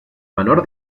menor